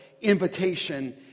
invitation